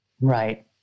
right